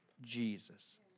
Jesus